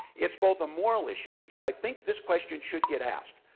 it's both a moral issue, because i think this question should get asked.